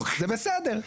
זה בסדר.